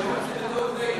נגד.